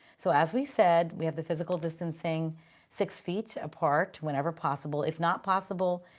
so, as we said, we have the physical distancing six feet apart, whenever possible. if not possible,